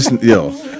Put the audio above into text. yo